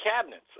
cabinets